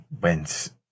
went